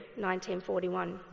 1941